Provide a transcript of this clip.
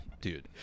Dude